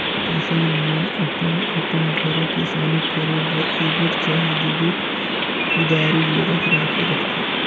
किसान मन अपन अपन घरे किसानी करे बर एगोट चहे दुगोट कुदारी जरूर राखे रहथे